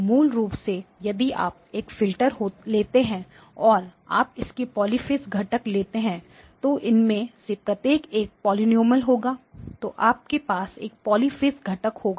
तो मूल रूप से यदि आप एक फिल्टर लेते हैं और आप इसके पॉलीफ़ेज़ घटक लेते हैं तो इनमें से प्रत्येक एक पॉलिनॉमियल होगा तो आपके पास एक पॉलिफेज घटक होगा